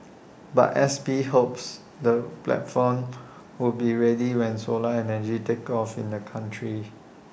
but S P hopes the platform would be ready when solar energy takes off in the country